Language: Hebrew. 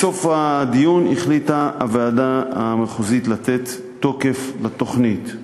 בסוף הדיון החליטה הוועדה המחוזית לתת תוקף לתוכנית.